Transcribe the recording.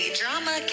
drama